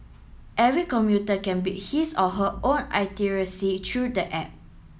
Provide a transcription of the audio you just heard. every commuter can build his or her own through the app